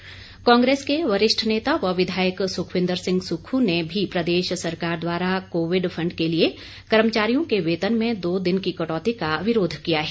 सुक्ख कांग्रेस के वरिष्ठ नेता व विधायक सुखविंद्र सिंह सुक्खू ने भी प्रदेश सरकार द्वारा कोविड फंड के लिए कर्मचारियों के वेतन में दो दिन की कटौती का विरोध किया है